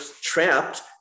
trapped